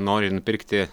nori nupirkti